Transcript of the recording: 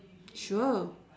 sure